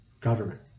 government